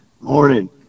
Morning